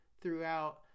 throughout